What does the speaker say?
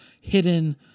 hidden